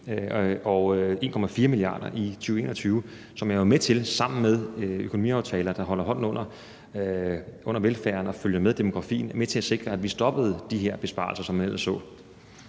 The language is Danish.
og 1,4 mia. kr. i 2021 – som sammen med økonomiaftaler, der holder hånden under velfærden og følger med demografien, er med til at sikre, at vi har stoppet de besparelser, som man ellers så.